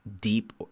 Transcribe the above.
deep